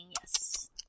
yes